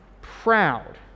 proud